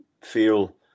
feel